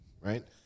right